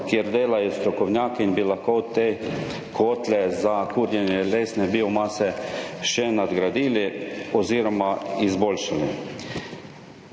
kjer delajo strokovnjaki in bi lahko te kotle za kurjenje lesne biomase še nadgradili oziroma izboljšali.